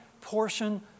portion